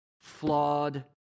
flawed